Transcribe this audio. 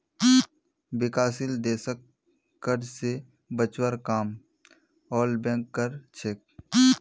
विकासशील देशक कर्ज स बचवार काम वर्ल्ड बैंक कर छेक